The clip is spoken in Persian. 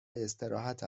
استراحت